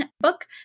book